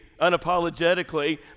unapologetically